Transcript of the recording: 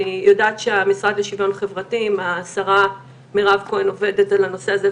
אני יודעת שהמשרד לשוויון חברתי עם השרה מירב כהן עובדים על הנושא הזה,